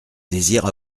désire